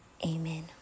Amen